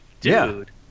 Dude